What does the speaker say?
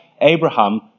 Abraham